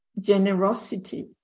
generosity